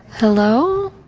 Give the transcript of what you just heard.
hello